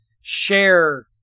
share